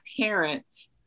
parents